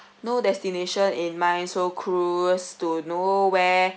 no destination in mind so cruise to nowhere